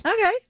Okay